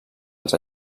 els